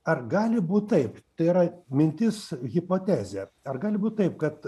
ar gali būt taip tai yra mintis hipotezė ar gali būt taip kad